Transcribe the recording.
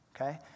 okay